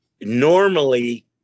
normally